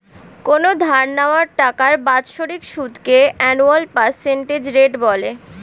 কোনো ধার নেওয়া টাকার বাৎসরিক সুদকে অ্যানুয়াল পার্সেন্টেজ রেট বলে